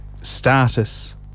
status